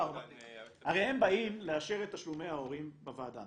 הרי הם באים לאשר את תשלומי ההורים בוועדה.